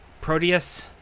Proteus